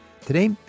Today